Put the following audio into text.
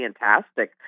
fantastic